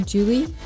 Julie